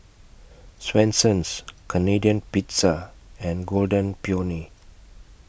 Swensens Canadian Pizza and Golden Peony